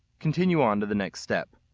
continue on to the next step.